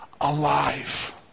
alive